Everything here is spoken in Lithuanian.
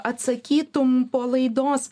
atsakytum po laidos